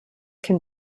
can